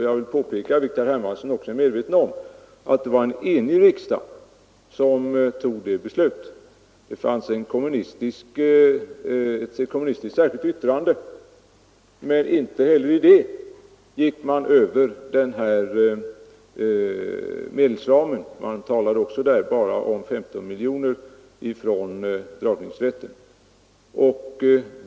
Jag vill påpeka — vilket herr Hermansson också borde vara medveten om — att det var en enig riksdag som tog beslutet. Det fanns ett kommunistiskt särskilt yttrande, men inte heller i det gick man utöver medelsramen, utan talade också där bara om 15 miljoner via dragningsrätten.